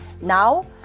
Now